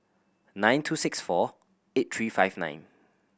nine two six four eight three five nine